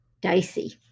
dicey